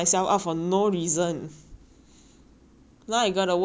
now I'm gonna workout when I'm seventy also damn it